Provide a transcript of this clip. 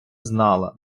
знала